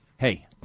Hey